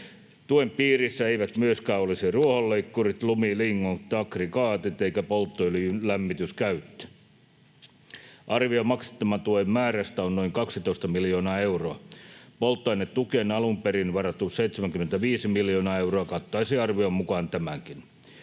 Tuen piirissä eivät myöskään olisi ruohonleikkurit, lumilingot eivätkä aggregaatit eikä polttoöljyn lämmityskäyttö. Arvio maksettavan tuen määrästä on noin 12 miljoonaa euroa. Polttoainetukeen alun perin varattu 75 miljoonaa euroa kattaisi arvion mukaan tämänkin.